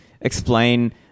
explain